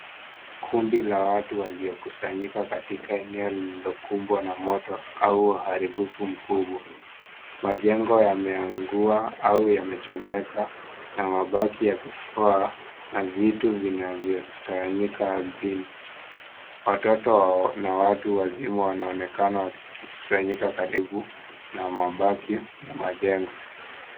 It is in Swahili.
Kundi la watu waliokusanyika katika eneo lililokumbwa na moto au uharibifu mkubwa, majengo yameungua au yamechomeka na mabaki ya vifaa na vitu vinavyotawanyika ardhini. Watoto na watu wazima wanaonekana wakikusanyika karibu na mabaki ya majengo.